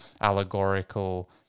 allegorical